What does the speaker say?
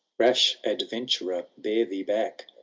bash adventurer, bear thee back!